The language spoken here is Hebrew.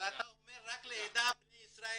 אבל אתה אומר רק לעדה בני ישראל,